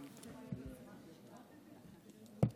תודה.